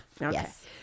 Yes